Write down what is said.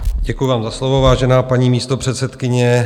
Děkuju vám za slovo, vážená paní místopředsedkyně.